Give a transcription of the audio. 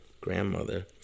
Grandmother